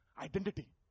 identity